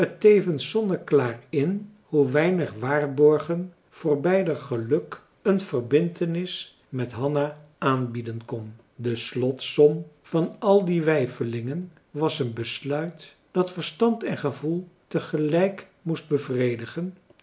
tevens zonneklaar in hoe weinig waarborgen voor beider geluk een verbintenis met hanna aanbieden kon marcellus emants een drietal novellen de slotsom van al die weifelingen was een besluit dat verstand en gevoel tegelijk moest bevredigen